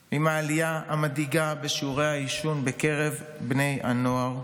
המדאיגה בשיעורי העישון בקרב בני הנוער.